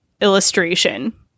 illustration